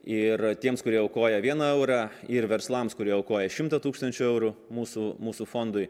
ir tiems kurie aukoja vieną eurą ir verslams kurie aukoja šimto tūkstančių eurų mūsų mūsų fondui